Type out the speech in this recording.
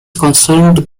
concealed